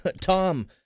Tom